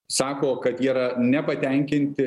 sako kad jie yra nepatenkinti